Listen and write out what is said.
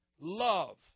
love